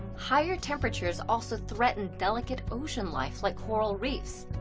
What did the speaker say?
higher temperatures also threaten delicate ocean life like coral reefs.